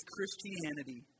Christianity